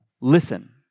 listen